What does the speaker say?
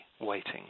waiting